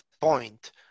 point